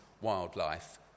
wildlife